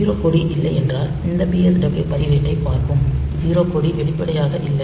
0 கொடி இல்லை என்றால் இந்த PSW பதிவேட்டைப் பார்க்கும் 0 கொடி வெளிப்படையாக இல்லை